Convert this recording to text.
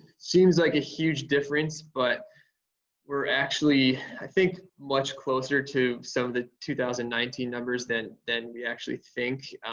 seems like a huge difference, but we're actually i think much closer to some of the two thousand and nineteen numbers than than we actually think.